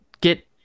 get